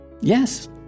Yes